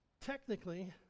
technically